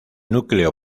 núcleo